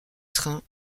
train